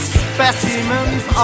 specimens